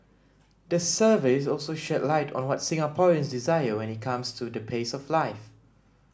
the survey also shed light on what Singaporeans desire when it comes to the pace of life